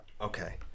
Okay